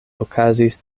okazis